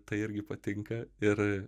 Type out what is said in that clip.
tai irgi patinka ir